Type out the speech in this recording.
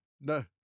No